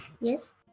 yes